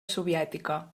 soviètica